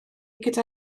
gyda